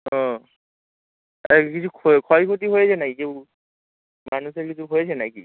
ও আর কিছু ক্ষয় ক্ষতি হয়েছে নাকি কেউ মানুষের কিছু হয়েছে নাকি